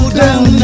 down